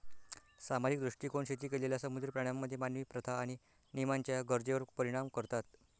सामाजिक दृष्टीकोन शेती केलेल्या समुद्री प्राण्यांमध्ये मानवी प्रथा आणि नियमांच्या गरजेवर परिणाम करतात